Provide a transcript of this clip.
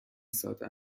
ساده